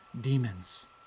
demons